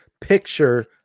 picture